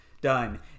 done